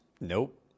Nope